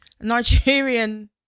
Nigerian